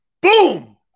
Boom